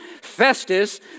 Festus